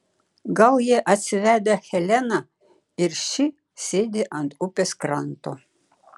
gal jie atsivedę heleną ir ši sėdi ant upės kranto